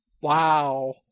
Wow